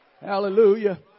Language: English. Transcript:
Hallelujah